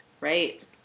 right